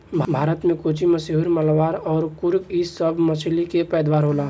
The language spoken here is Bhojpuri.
भारत मे कोचीन, मैसूर, मलाबार अउर कुर्ग इ सभ मछली के पैदावार होला